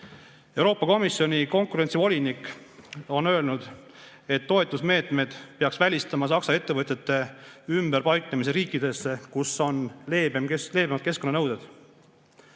Euroopa Komisjoni konkurentsivolinik on öelnud, et toetusmeetmed peaks välistama Saksa ettevõtete ümberpaiknemise riikidesse, kus on leebemad keskkonnanõuded.